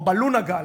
או ב"לונה גל".